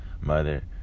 mother